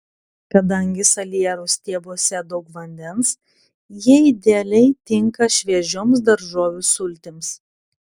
kadangi salierų stiebuose daug vandens jie idealiai tinka šviežioms daržovių sultims